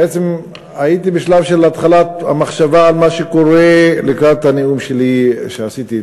בעצם הייתי בשלב של התחלת המחשבה על מה שקורה לקראת הנאום שלי אתמול.